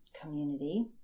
community